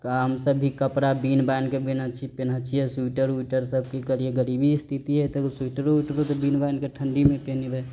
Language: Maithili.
हमसब भी कपड़ा बीन बाइन कऽ पेनहऽ छी पेनहऽ छियै स्वीटर वियटर सब की करियै गरीबी स्थिति है तऽ स्वीटरो वियटरो बीन बाइन कऽ ठण्डी मे पेनहबै